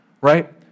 Right